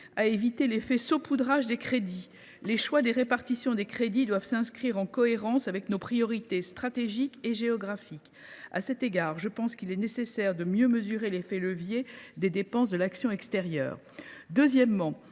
à éviter toute forme de saupoudrage des crédits. Les choix de répartition du budget doivent s’inscrire en cohérence avec nos priorités stratégiques et géographiques. À cet égard, il est nécessaire de mieux mesurer l’effet de levier des dépenses de l’action extérieure.